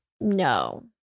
No